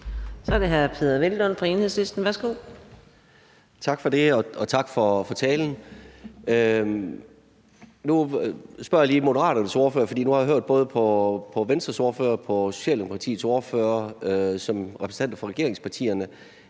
Så er det hr. Peder Hvelplund fra Enhedslisten. Værsgo. Kl. 15:32 Peder Hvelplund (EL): Tak for det, og tak for talen. Nu spørger jeg lige Moderaternes ordfører, for nu har jeg hørt både Venstres ordfører og Socialdemokratiets ordfører som repræsentanter for regeringspartierne